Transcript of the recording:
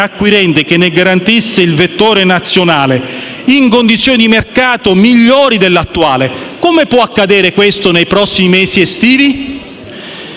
acquirente che garantisse il vettore nazionale in condizioni di mercato migliori dell'attuale, come può accadere questo nei prossimi mesi estivi?